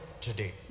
today